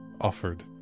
offered